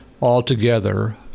altogether